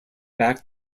back